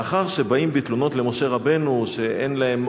לאחר שבאים בתלונות למשה רבנו שאין להם